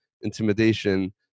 intimidation